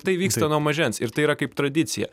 tai vyksta nuo mažens ir tai yra kaip tradicija